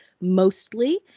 Mostly